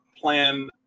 plan